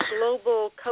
global